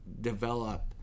develop